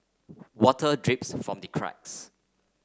water drips from the cracks